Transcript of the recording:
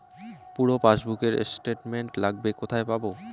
পুরো পাসবুকের স্টেটমেন্ট লাগবে কোথায় পাব?